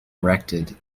erected